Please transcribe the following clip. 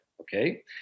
okay